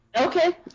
Okay